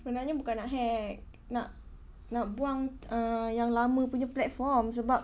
sebenarnya bukan nak hack nak nak buang uh yang lama punya platform sebab